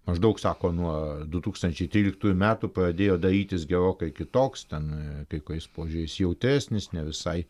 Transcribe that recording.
maždaug sako nuo du tūkstančiai tryliktųjų metų pradėjo darytis gerokai kitoks ten kai kuriais požiūriais jautresnis ne visai